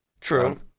True